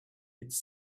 it’s